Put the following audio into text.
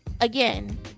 Again